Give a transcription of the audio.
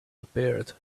appeared